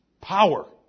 Power